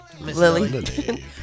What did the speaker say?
Lily